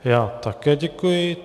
Já také děkuji.